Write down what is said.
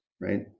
right